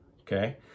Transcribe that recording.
okay